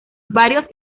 varios